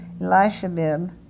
Elishabib